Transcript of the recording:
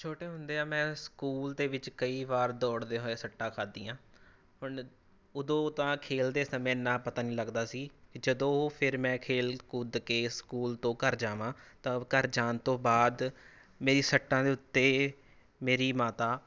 ਛੋਟੇ ਹੁੰਦਿਆਂ ਮੈਂ ਸਕੂਲ ਦੇ ਵਿੱਚ ਕਈ ਵਾਰ ਦੌੜਦੇ ਹੋਏ ਸੱਟਾਂ ਖਾਧੀਆਂ ਹੁਣ ਉਦੋਂ ਤਾਂ ਖੇਡਦੇ ਸਮੇਂ ਐਨਾ ਪਤਾ ਨਹੀਂ ਲੱਗਦਾ ਸੀ ਜਦੋਂ ਉਹ ਫਿਰ ਮੈਂ ਖੇਡ ਕੁੱਦ ਕੇ ਸਕੂਲ ਤੋਂ ਘਰ ਜਾਵਾਂ ਤਾਂ ਘਰ ਜਾਣ ਤੋਂ ਬਾਅਦ ਮੇਰੀ ਸੱਟਾਂ ਦੇ ਉੱਤੇ ਮੇਰੀ ਮਾਤਾ